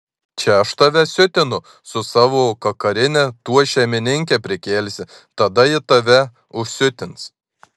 čia aš tave siutinu su savo kakarine tuoj šeimininkę prikelsi tada ji tave užsiutins